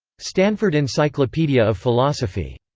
stanford encyclopedia of philosophy.